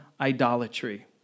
idolatry